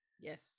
yes